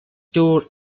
toured